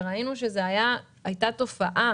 וראינו שזו הייתה תופעה